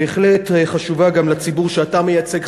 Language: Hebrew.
שבהחלט חשובה גם לציבור שאתה מייצג,